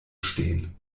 stehen